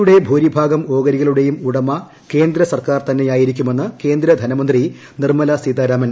യുടെ ഭൂരിഭാഗം ഓഹരികളുടെയും ഉടമ കേന്ദ്ര സർക്കാർ തന്നെയായിരിക്കുമെന്ന് കേന്ദ്ര ധനമന്ത്രി നിർമ്മല സീതാരാമൻ